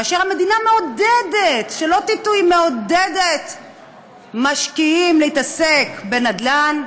והמדינה מעודדת, שלא תטעו, משקיעים להתעסק בנדל"ן.